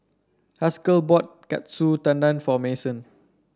Haskell bought Katsu Tendon for Mason